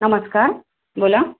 नमस्कार बोला